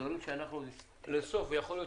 אנחנו רוצים לשמר איזון ראוי בין הכדאיות